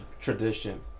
tradition